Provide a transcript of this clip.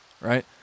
right